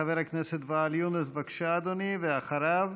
חבר הכנסת ואאל יונס, בבקשה, אדוני, ואחריו,